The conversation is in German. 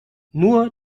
nur